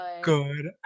good